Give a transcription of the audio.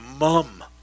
Mum